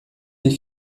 sie